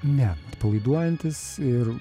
ne atpalaiduojantis ir